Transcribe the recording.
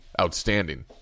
outstanding